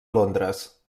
londres